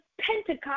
Pentecost